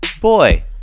Boy